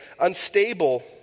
unstable